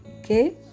okay